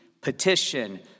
petition